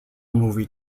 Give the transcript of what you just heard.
movie